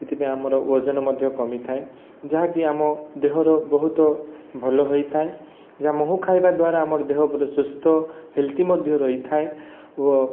ସେଥିପାଇଁ ଆମର ଓଜନ ମଧ୍ୟ କମିଥାଏ ଯାହାକି ଆମ ଦେହର ବହୁତ ଭଲ ହୋଇଥାଏ ଯାହା ମହୁ ଖାଇବା ଦ୍ଵାରା ଆମ ଦେହ ପୁରା ସୁସ୍ଥ ହେଲ୍ଦି ମଧ୍ୟ ରହିଥାଏ ଓ